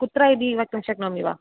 कुत्र इति वक्तुं शक्नोमि वा